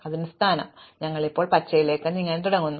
അതിനാൽ അതാണ് ഈ സ്ഥാനം ഞങ്ങൾ ഇപ്പോൾ പച്ചയിലേക്ക് നീങ്ങാൻ തുടങ്ങുന്നു